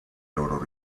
loro